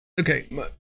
Okay